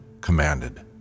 commanded